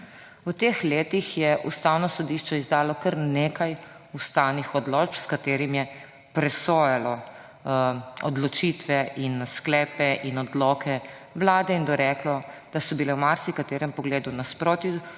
V teh letih je Ustavno sodišče izdalo kar nekaj ustavnih odločb, s katerimi je presojalo odločitve in sklepe in odloke Vlade in doreklo, da so bile v marsikaterem pogledu v nasprotju